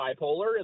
bipolar